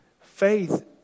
Faith